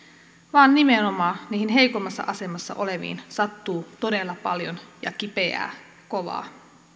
vaan nimenomaan niihin heikoimmassa asemassa oleviin sattuu todella paljon ja kipeää kovaa